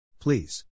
Please